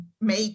make